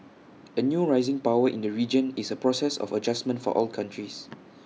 A new rising power in the region is A process of adjustment for all countries